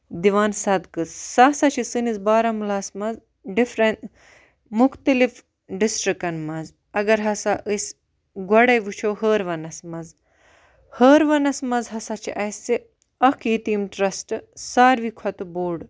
دِوان صدقہٕ سُہ ہَسا چھُ سٲنِس بارہمولہ ہَس مَنٛز ڈِفرَنٹ مختٔلف ڈِسٹرکَن مَنٛز اگر ہَسا أسۍ گۄڈے وُچھو ہٲروَنَس مَنٛز ہٲروَنَس مَنٛز ہَسا چھُ اَسہِ اَکھ یتیٖم ٹرسٹ ساروی کھۄتہٕ بوٚڑ